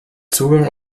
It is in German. zugang